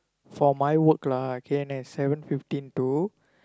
for my work lah can I seven fifteen to